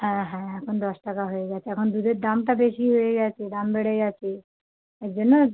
হ্যাঁ হ্যাঁ এখন দশ টাকা হয়ে গেছে এখন দুধের দামটা বেশি হয়ে গেছে দাম বেড়ে গেছে এর জন্য